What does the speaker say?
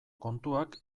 kontuak